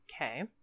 okay